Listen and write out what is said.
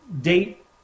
date